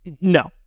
No